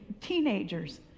teenagers